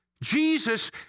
Jesus